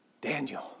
Daniel